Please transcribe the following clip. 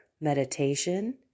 meditation